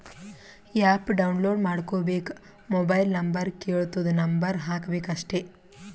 app download ಮಾಡ್ಕೋಬೇಕ್ mobile number ಕೆಳ್ತುದ್ number ಹಾಕಬೇಕ ಅಷ್ಟೇ